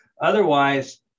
Otherwise